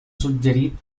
suggerit